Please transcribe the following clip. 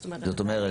זאת אומרת,